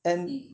and